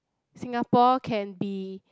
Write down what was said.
Singapore can be